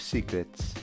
Secrets